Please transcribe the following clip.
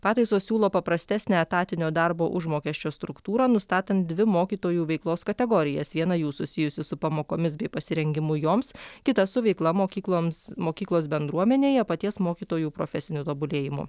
pataisos siūlo paprastesnę etatinio darbo užmokesčio struktūrą nustatant dvi mokytojų veiklos kategorijas viena jų susijusi su pamokomis bei pasirengimu joms kita su veikla mokykloms mokyklos bendruomenėje paties mokytojų profesiniu tobulėjimu